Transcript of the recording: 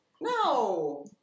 No